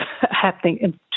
happening